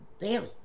daily